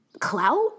clout